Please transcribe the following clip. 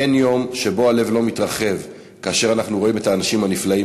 אין יום שהלב לא מתרחב כאשר אנחנו רואים את האנשים הנפלאים